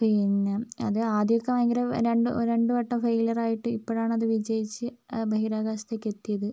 പിന്നെ അത് ആദ്യമൊക്കെ ഭയങ്കര രണ്ടു രണ്ടുവട്ടം ഫൈലിയർ ആയിട്ട് ഇപ്പോഴാണ് അത് വിജയിച്ച് ബഹിരാകാശത്തേക്ക് എത്തിയത്